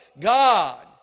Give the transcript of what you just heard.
God